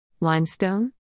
Limestone